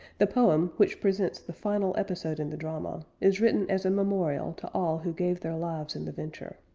the poem, which presents the final episode in the drama, is written as a memorial to all who gave their lives in the venture.